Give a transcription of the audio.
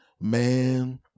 Man